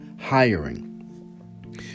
hiring